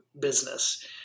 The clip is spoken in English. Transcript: business